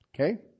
Okay